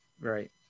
Right